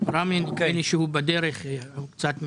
אני מבין שהוא בדרך, הוא קצת מתעכב,